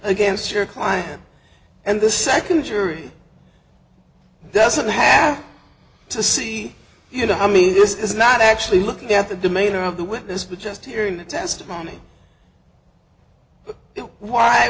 against your client and the second jury doesn't have to see you know i mean this is not actually looking at the demeanor of the with this but just hearing the testimony